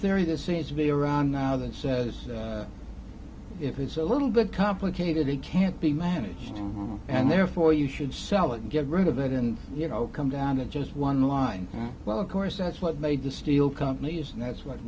theory that seems to be around now that says if it's a little bit complicated it can't be managed and therefore you should sell it and get rid of it and you know come down to just one line well of course that's what made the steel companies and that's what